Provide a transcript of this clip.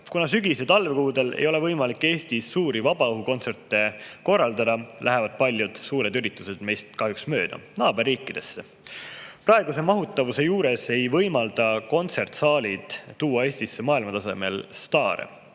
Kuna sügis- ja talvekuudel ei ole võimalik Eestis suuri vabaõhukontserte korraldada, lähevad paljud suured üritused meist kahjuks mööda naaberriikidesse. Praeguse mahutavuse juures ei võimalda kontserdisaalid tuua Eestisse maailmatasemel staare.